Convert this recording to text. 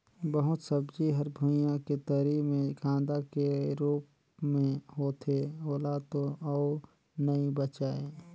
बहुत सब्जी हर भुइयां के तरी मे कांदा के रूप मे होथे ओला तो अउ नइ बचायें